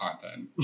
content